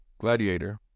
Gladiator